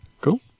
Cool